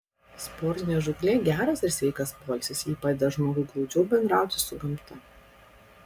sportinė žūklė geras ir sveikas poilsis ji padeda žmogui glaudžiau bendrauti su gamta